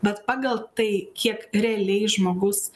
bet pagal tai kiek realiai žmogus